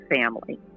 family